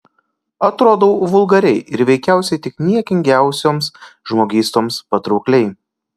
atrodau vulgariai ir veikiausiai tik niekingiausioms žmogystoms patraukliai